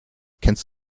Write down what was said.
kennst